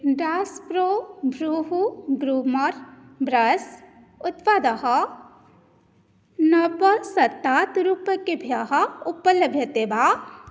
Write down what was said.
dash pro भ्रूः groomer brush उत्पादः नवशतात् रूप्यकेभ्यः उपलभ्यते वा